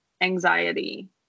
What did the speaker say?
anxiety